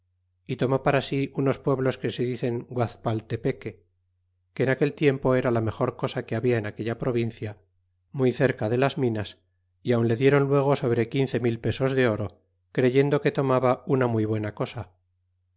y tomó para si unos pueblos que se dicen guazpaltepeque que en aquel tiempo era la mejor cosa que habia en aquella provincia muy cerca de las minas y aun le dieron luego sobre quince mil pesos de oro creyendo que tomaba una muy buena cosa